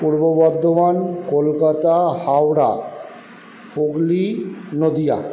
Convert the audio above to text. Purba Bardhaman Kolkata Howrah Hooghly Nadia